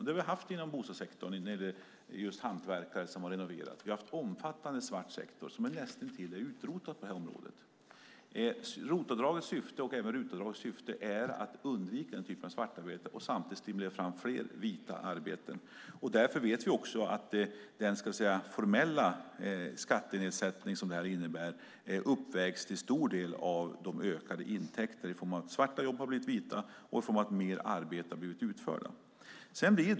Det har vi haft just inom bostadssektorn när det har gällt hantverkare som har renoverat. Det har varit en omfattande svart sektor som nu är näst intill utrotad på det här området. ROT-avdragets och RUT-avdragets syfte är att undvika denna typ av svartarbete och samtidigt stimulera fram fler vita arbeten. Därför vet vi också att den formella skattenedsättning som detta innebär till stor del uppvägs av de ökade intäkter som följer av att svarta jobb har blivit vita och av att mer jobb har blivit utförda.